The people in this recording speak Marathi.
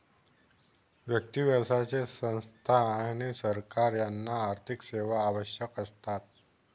व्यक्ती, व्यावसायिक संस्था आणि सरकार यांना आर्थिक सेवा आवश्यक असतात